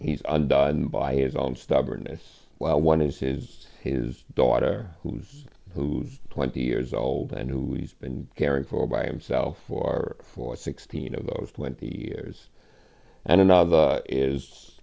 he's undone by his own stubbornness while one is his his daughter who's who's twenty years old and who he's been caring for by himself or for sixteen of those twenty years and another is